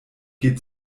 geht